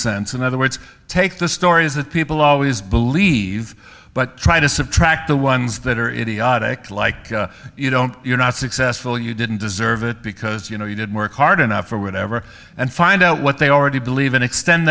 sense in other words take the stories that people always believe but try to subtract the ones that are idiotic like you don't you're not successful you didn't deserve it because you know you didn't work hard enough or whatever and find out what they already believe and extend